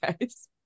guys